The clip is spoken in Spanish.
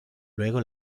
luego